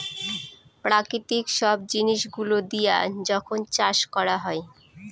প্রাকৃতিক সব জিনিস গুলো দিয়া যখন চাষ করা হয়